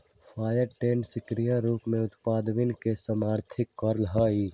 fair trade सक्रिय रूप से उत्पादकवन के समर्थन करा हई